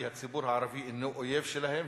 כי הציבור הערבי אינו אויב שלהם,